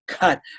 God